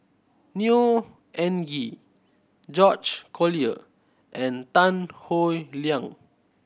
Neo Anngee George Collyer and Tan Howe Liang